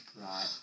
right